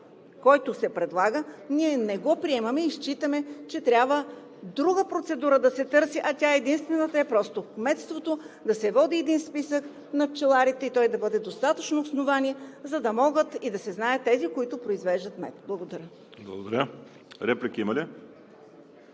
който се предлага, ние не го приемаме и считаме, че трябва да се търси друга процедура, а единствената е в кметството да се води един списък на пчеларите и той да бъде достатъчно основание, за да се знаят тези, които произвеждат мед. Благодаря.